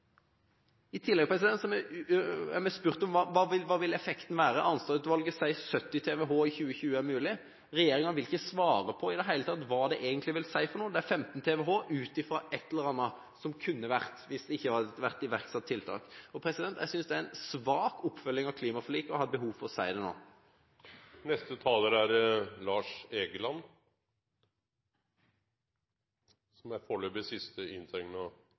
I tillegg har vi spurt om hva effekten vil være. Arnstad-utvalget sier at 70 TWh i 2020 er mulig. Regjeringen vil ikke i det hele tatt svare på hva det egentlig vil si. Det er 15 TWh ut fra et eller annet som kunne vært, hvis det ikke hadde vært iverksatt tiltak. Jeg synes det er en svak oppfølging av klimaforliket, og jeg har behov for å si det nå. Dette har utartet til en språklig debatt om hva et mål er. En ambisjon er